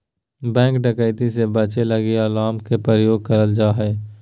bank डकैती से बचे लगी अलार्म के प्रयोग करल जा हय